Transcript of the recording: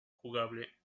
jugable